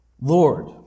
Lord